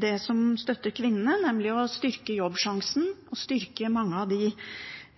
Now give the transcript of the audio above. det som støtter kvinnene, nemlig å styrke jobbsjansen og mange av de